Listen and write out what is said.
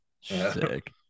Sick